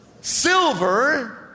silver